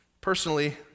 Personally